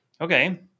Okay